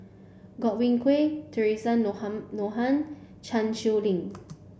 Godwin Koay Theresa Noronha Noronhan Chan Sow Lin